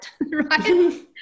right